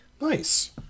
Nice